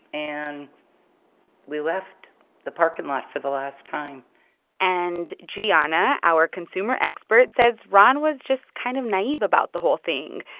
and we left the parking lot for the last time and giana, our consumer expert, says ron was just kind of naive about the whole thing.